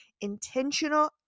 intentional